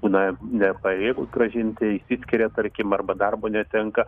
būna nepajėgūs grąžinti išskiria tarkim arba darbo netenka